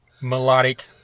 melodic